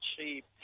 cheap